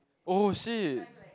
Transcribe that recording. !oh shit!